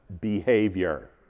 behavior